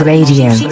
Radio